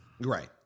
Right